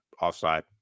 offside